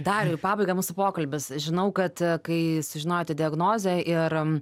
dariau į pabaiga mūsų pokalbis žinau kad kai sužinojote diagnozę ir